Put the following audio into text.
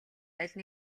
аль